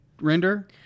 render